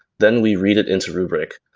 then we read it into rubrik,